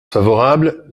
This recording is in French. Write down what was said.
favorable